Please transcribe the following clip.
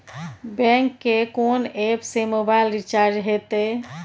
Bank के कोन app से मोबाइल रिचार्ज हेते?